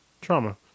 trauma